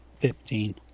Fifteen